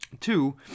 Two